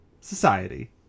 society